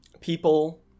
people